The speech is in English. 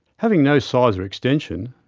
having no size or extension,